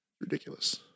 ridiculous